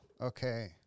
Okay